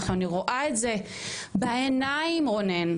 ועכשיו, אני רואה את זה בעיניים, רונן.